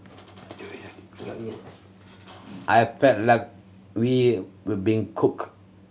I felt like we were being cooked